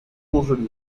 montjoly